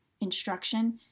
instruction